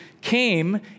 came